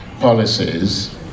Policies